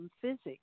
physics